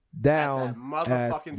down